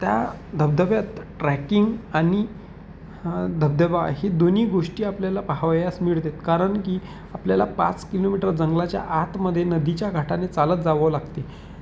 त्या धबधब्यात ट्रॅकिंग आणि धबधबा ही दोन्ही गोष्टी आपल्याला पाहावयास मिळतात कारण की आपल्याला पाच किलोमीटर जंगलाच्या आतमध्ये नदीच्या घाटाने चालत जावं लागते